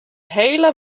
hele